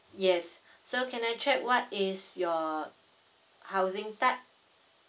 yes so can I check what is your housing type